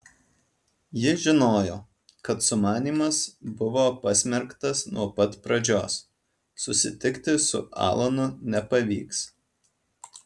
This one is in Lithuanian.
ji žinojo kad sumanymas buvo pasmerktas nuo pat pradžios susitikti su alanu nepavyks